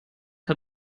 hat